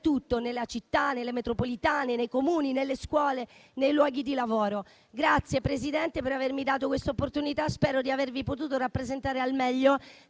dappertutto, nelle città, nelle metropolitane, nei Comuni, nelle scuole, nei luoghi di lavoro. La ringrazio, signor Presidente, per avermi dato questa opportunità. Spero di avervi rappresentato al meglio,